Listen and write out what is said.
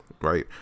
right